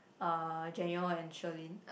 uh Jian-you and Sharlene